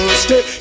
stay